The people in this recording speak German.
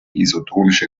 isotonische